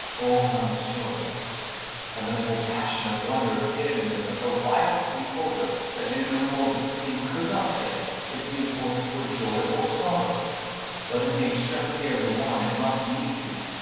or one destroyed a notable passion of wonder appeared in them but the wisest beholder, that knew no more but seeing could not say if the importance were joy or sorrow but in the extremity of the one, it must needs be.